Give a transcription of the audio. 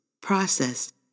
processed